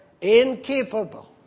incapable